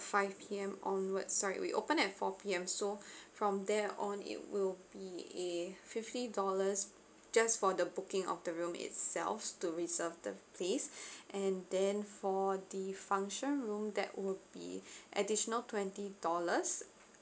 five P_M onwards sorry we open at four P_M so from there on it will be a fifty dollars just for the booking of the room itself to reserve the place and then for the function room that would be additional twenty dollars